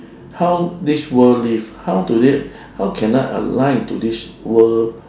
how this world live how do they how can I align to this world